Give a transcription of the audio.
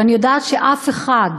שאני יודעת שאף אחד